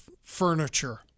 furniture